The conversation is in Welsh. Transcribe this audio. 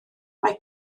mai